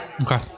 Okay